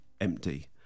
empty